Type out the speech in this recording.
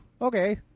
okay